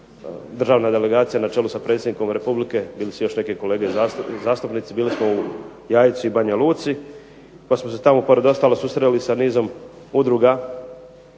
državna delegacija na čelu sa predsjednikom Republike, bili su još neki kolege zastupnici, bili smo u Jajcu i Banja Luci, pa smo se tamo pored ostalog susreli sa nizom udruga